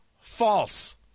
false